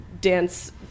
dance